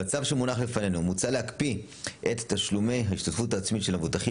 בצו שמונח לפנינו מוצע להקפיא את תשלומי ההשתתפות העצמית של המבוטחים